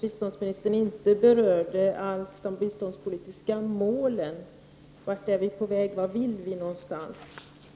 Biståndsministern berörde inte alls de biståndspolitiska målen, och det saknade jag. Vart är vi på väg, och vart vill vi komma någonstans?